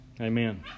amen